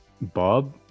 Bob